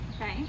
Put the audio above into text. okay